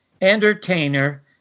entertainer